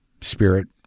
spirit